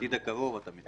לעתיד הקרוב אתה מתכוון.